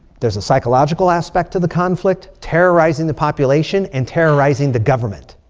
there's a psychological aspect to the conflict, terrorizing the population and terrorizing the government.